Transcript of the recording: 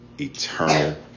Eternal